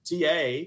TA